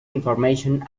information